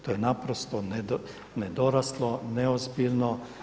To je naprosto nedoraslo, neozbiljno.